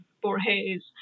Borges